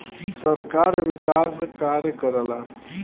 सरकार विकास कार्य करला